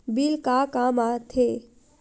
Bill का काम आ थे?